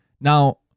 Now